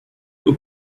who